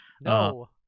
No